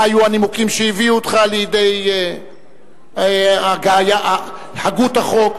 מה היו הנימוקים שהביאו אותך לידי הגות החוק,